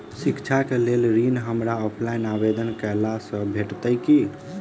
शिक्षा केँ लेल ऋण, हमरा ऑफलाइन आवेदन कैला सँ भेटतय की?